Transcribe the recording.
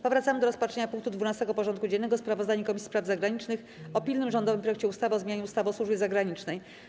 Powracamy do rozpatrzenia punktu 12. porządku dziennego: Sprawozdanie Komisji Spraw Zagranicznych o pilnym rządowym projekcie ustawy o zmianie ustawy o służbie zagranicznej.